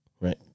right